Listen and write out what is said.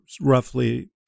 roughly